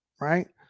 right